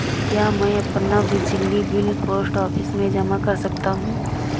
क्या मैं अपना बिजली बिल पोस्ट ऑफिस में जमा कर सकता हूँ?